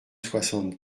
soixante